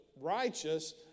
righteous